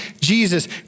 Jesus